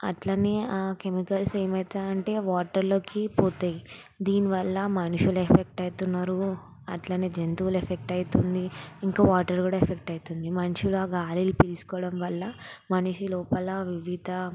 అట్లనే ఆ కెమికల్స్ ఏమవుతాయి అంటే వాటర్లోకి పోతాయి దీనివల్ల మనుషులు ఎఫెక్ట్ అవుతున్నారు అట్లనే జంతువులు ఎఫెక్ట్ అవుతుంది ఇంకా వాటర్ కూడా ఎఫెక్ట్ అవుతుంది మనుషులు ఆ గాలిని పీల్చుకోవడం వల్ల మనిషి లోపల వివిధ